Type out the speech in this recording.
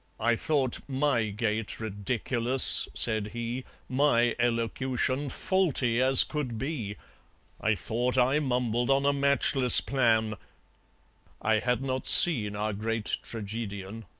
i thought my gait ridiculous, said he my elocution faulty as could be i thought i mumbled on a matchless plan i had not seen our great tragedian!